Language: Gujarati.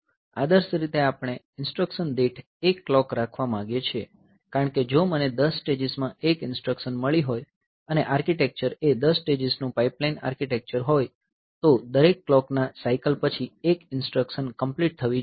આદર્શરીતે આપણે ઇન્સટ્રકશન દીઠ એક ક્લોક રાખવા માંગીએ છીએ કારણ કે જો મને 10 સ્ટેજીસમાં એક ઇન્સટ્રકશન મળી હોય અને આર્કિટેક્ચર એ 10 સ્ટેજીસનું પાઇપલાઇન આર્કિટેક્ચર હોય તો દરેક ક્લોકના સાઇકલ પછી 1 ઇન્સટ્રકશન કંપલીટ થવી જોઈએ